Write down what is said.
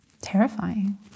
Terrifying